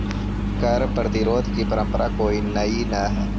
कर प्रतिरोध की परंपरा कोई नई न हई